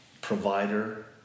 provider